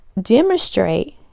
demonstrate